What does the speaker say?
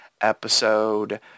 episode